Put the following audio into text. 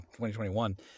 2021